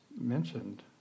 mentioned